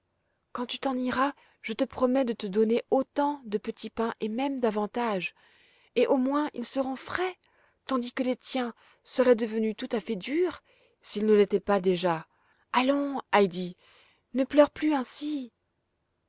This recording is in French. quand tu t'en iras je te promets de te donner autant de petits pains et même davantage et au moins ils seront frais tandis que les tiens seraient devenus tout à fait durs s'ils ne l'étaient pas déjà allons heidi ne pleure plus ainsi